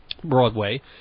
Broadway